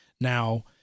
Now